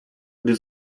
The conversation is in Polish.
gdy